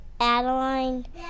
Adeline